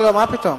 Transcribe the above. מה פתאום?